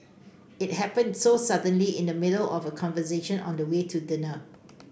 it happened so suddenly in the middle of a conversation on the way to dinner